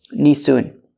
Nisun